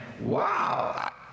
wow